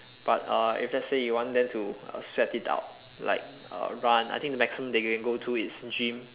but uh if let's say you want them to uh sweat it out like uh run I think the maximum they can go to is gym